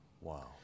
Wow